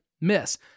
miss